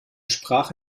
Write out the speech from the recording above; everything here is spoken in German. sprach